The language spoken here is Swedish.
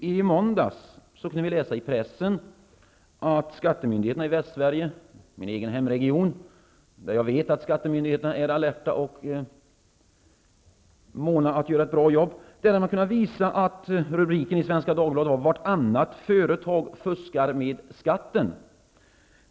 I måndags kunde vi i pressen läsa om skattemyndigheterna i Västsverige -- min egen hemregion, där jag vet att skattemyndigheterna är alerta och måna om att göra ett bra jobb. Rubriken i Svenska Dagbladet var: Vartannat företag fuskar med skatten.